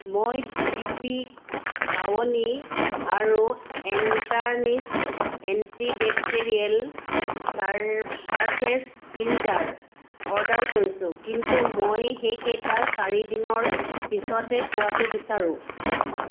মই ডিপি খাবনি আৰু এণ্টাৰনিছ এণ্টিবেক্টেৰিয়েল ছাৰ ছাৰ্ফেচ ক্লিনজাৰ অৰ্ডাৰ কৰিছোঁ কিন্তু মই সেইকেইটা চাৰি দিনৰ পিছতহে পোৱাটো বিচাৰোঁ